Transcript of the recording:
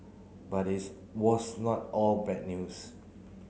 but it's was not all bad news